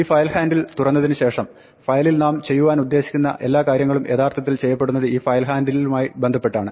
ഈ file handle തുറന്നതിന് ശേഷം ഫയലിൽ നാം ചെയ്യുവാനുദ്ദേശിക്കുന്ന എല്ലാ കാര്യങ്ങളും യഥാർത്ഥത്തിൽ ചെയ്യപ്പെടുന്നത് ഈ ഫയൽ ഹാൻഡിലുമായി ബന്ധപ്പെട്ടാണ്